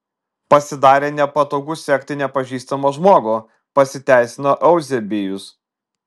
pasidarė nepatogu sekti nepažįstamą žmogų pasiteisino euzebijus